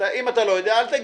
אם אתה לא יודע אל תגיד.